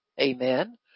Amen